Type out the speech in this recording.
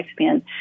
lifespan